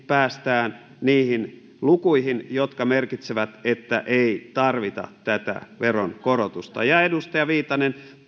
päästään niihin lukuihin jotka merkitsevät että ei tarvita tätä veronkorotusta ja edustaja viitanen